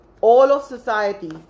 all-of-society